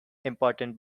important